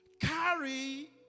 carry